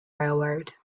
railroad